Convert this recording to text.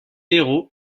héros